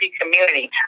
community